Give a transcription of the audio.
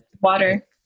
Water